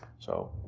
so,